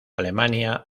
alemania